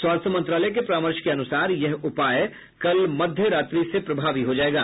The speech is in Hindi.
स्वास्थ मंत्रालय के परामर्श के अनुसार यह उपाय कल मध्य रात्रि से प्रभावी हो जायेगा